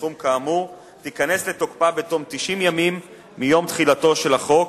בסכום כאמור ייכנסו לתוקף בתום 90 ימים מיום תחילתו של החוק